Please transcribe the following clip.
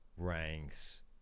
ranks